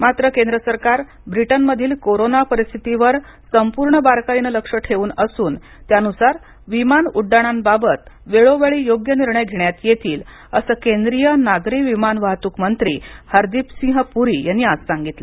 मात्र केंद्र सरकार ब्रिटनमधील कोरोना परिस्थितीवर संपूर्ण बारकाईने लक्ष ठेवून त्यानुसार विमान उड्डाणाबाबत वेळोवेळी योग्य निर्णय घेण्यात येतील अस केंद्रीय नागरी विमान वाहतूक मंत्री हरदीप सिंह पुरी यांनी आज सांगितलं